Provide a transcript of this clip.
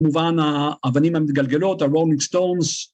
‫כמובן, האבנים המתגלגלות, ‫הרולינג סטונס.